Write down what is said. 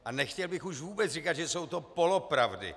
A nechtěl bych už vůbec říkat, že jsou to polopravdy.